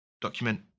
document